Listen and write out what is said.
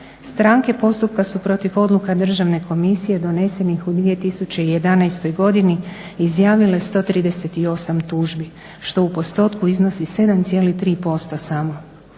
Stranke postupka su protiv odluka državne komisije donesenih u 2011. godini izjavile 138 tužbi, što u postotku iznosi 7,3% samo.